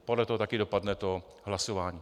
Podle toho taky dopadne to hlasování.